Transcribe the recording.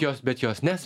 jos bet jos nesv